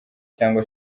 cyangwa